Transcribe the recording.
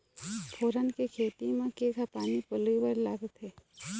फोरन के खेती म केघा पानी पलोए बर लागथे?